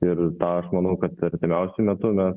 ir tą aš manau kad artimiausiu metu mes